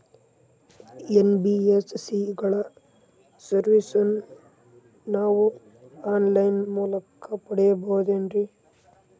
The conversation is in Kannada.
ಎನ್.ಬಿ.ಎಸ್.ಸಿ ಗಳ ಸರ್ವಿಸನ್ನ ನಾವು ಆನ್ ಲೈನ್ ಮೂಲಕ ಪಡೆಯಬಹುದೇನ್ರಿ?